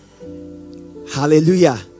hallelujah